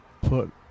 put